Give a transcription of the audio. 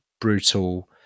brutal